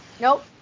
Nope